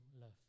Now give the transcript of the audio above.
love